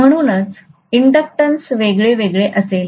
म्हणूनच इंडक्टन्स वेगवेगळे असेल